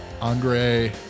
Andre